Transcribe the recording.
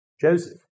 Joseph